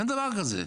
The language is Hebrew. אין דבר כזה.